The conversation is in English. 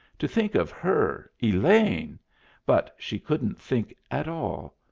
to think of her elaine but she couldn't think at all.